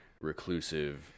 reclusive